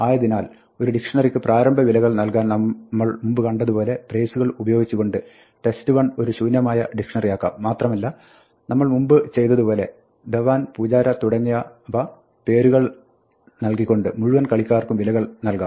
ആയതിനാൽ ഒരു ഡിക്ഷ്ണറിക്ക് പ്രാരംഭ വിലകൾ നൽകാൻ നമ്മൾ മുമ്പ് കണ്ടതുപോലെ ബ്രേസുകൾ ഉപയോഗിച്ചുകൊണ്ട് test1 ഒരു ശൂന്യമായ ഡിക്ഷ്ണറിയാക്കാം മാത്രമല്ല നമ്മൾ മുമ്പ് ചെയ്തതുപോലെ ധവാൻ പൂജാര തുടങ്ങിയവ പേരുകൾ നൽകിക്കൊണ്ട് മുഴുവൻ കളിക്കാർക്കും വിലകൾ നൽകാം